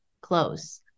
close